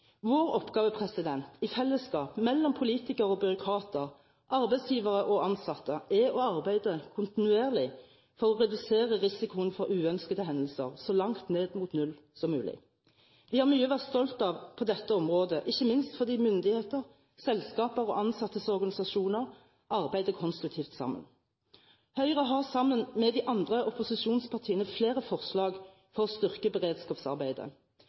Vår oppgave i fellesskap mellom politikere, byråkrater, arbeidsgivere og ansatte er å arbeide kontinuerlig for å redusere risikoen for uønskede hendelser så langt ned mot null som mulig. Vi har mye å være stolt av på dette området, ikke minst fordi myndigheter, selskaper og ansattes organisasjoner arbeider konstruktivt sammen. Høyre har sammen med de andre opposisjonspartiene flere forslag for å styrke beredskapsarbeidet.